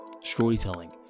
storytelling